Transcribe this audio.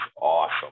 awesome